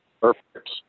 Perfect